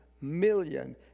million